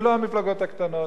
ולא המפלגות הקטנות.